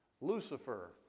Lucifer